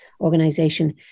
organization